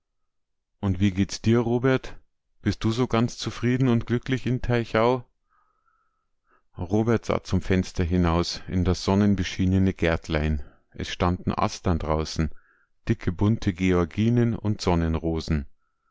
und wie geht dir's robert bist du so ganz zufrieden und glücklich in teichau robert sah zum fenster hinaus in das sonnenbeschienene gärtlein es standen astern draußen dicke bunte georginen und sonnenrosen